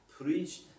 preached